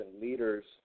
leaders